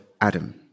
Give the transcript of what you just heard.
Adam